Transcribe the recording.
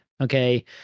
Okay